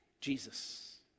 Jesus